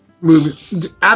movies